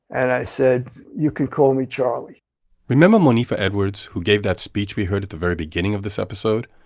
and i said, you can call me charlie remember monifa edwards, who gave that speech we heard at the very beginning of this episode?